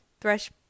Thresh